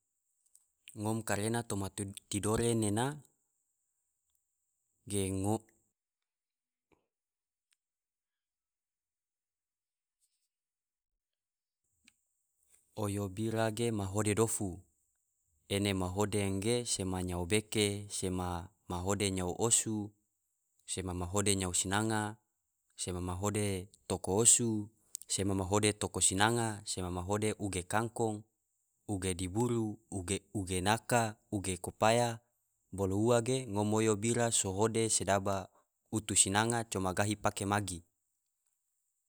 Ngom karena toma tidore nena ge oyo bira ge mahode dofu, ene mahode ge sema nyao beke, sema mahode nyao osu, sema mahode nyao sinanga, sema mahode toko osu, sema mahode toko sinanga, sema mahode uge kangkon. g uge diburu, uge naka, uge kopaya, bolo ua ge ngom oyo bira so hode sodaba utu sinanga coma gahi pake magi.